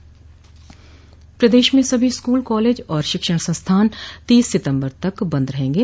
प्रदेश में सभी school college और शिक्षण संस्थान तीस सितम्बर तक बंद रहगे